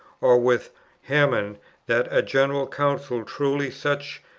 or with hammond that a general council, truly such,